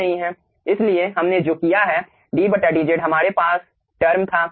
इसलिए हमने जो किया है d dz हमारे पास टर्म था